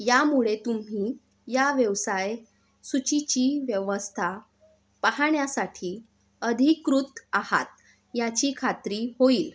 यामुळे तुम्ही या व्यवसाय सूचीची व्यवस्था पाहण्यासाठी अधिकृत आहात याची खात्री होईल